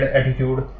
attitude